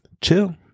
Chill